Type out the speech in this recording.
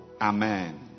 Amen